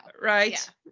Right